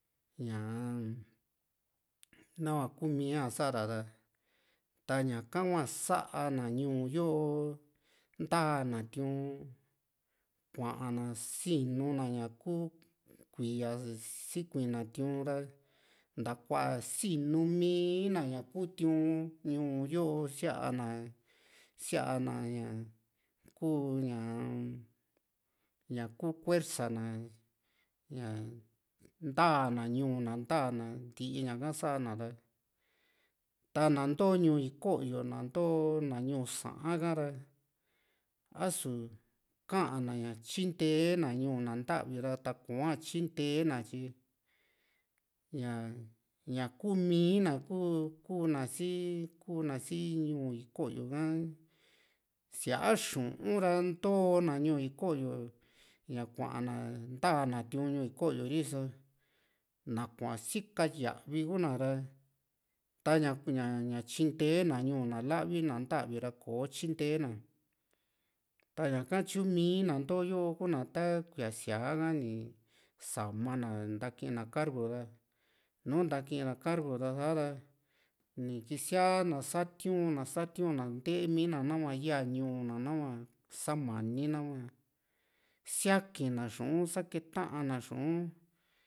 ñaa-m nahua kuu mia sa´ra ra ta ñaka hua sa´a na ñuu yoo ntaa na tiu´n kuaana sinuu na ña ku kuíaa sikui na tiu´n ra nta kuaa sinu mii´na ña ku tiu´n ñuu yo sia´na sia´na ku ñaa ñaku kuersa na ña nta´na ñuu na nta´na ntii ñaka sa´na ra ta na into ñuu iko´yo na into na ñuu saa´n ha ra a´su ña kaana tyinte na ñuu na ntavi ra ta koá tyinte na tyi ña ña kuumi na kuu ku kuna si kuna si ñuu iko´yo ha siaa xu´un ra intona ñuu iko´yo ña kuaana ntaa na tiu´ñuu iko´yo ri´so na kua sika yaavi kuuna ra taña ña tyinte na ñuu na la´vi na ntavi ra kò´o tyinte na taña ka tyo mii na into yo ku´na ta kuiaa siaa ha ni sama na ni tanki na kargo ra nùù ni ntaki ra kargo ra sa´ra ni kisia na satiu´na satiu´na ntee mi na nahua yaa ñuu na nahua samani nahua siaki na xu´un sakita na xu´un